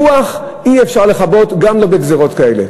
רוח אי-אפשר לכבות, גם לא בגזירות כאלה.